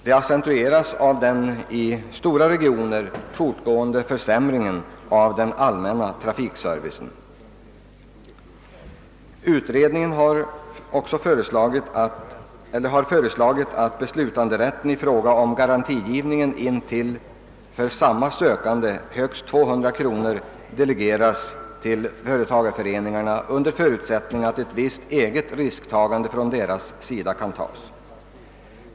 Detta accentueras av den i stora regio Utredningen har föreslagit att beslutanderätten i fråga om garantigivningen intill för samma sökande högst 200 000 kronor skall delegeras till företagareföreningarna, under förutsättning av visst eget risktagande från deras sida.